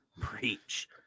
preach